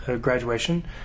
graduation